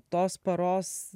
tos paros